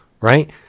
right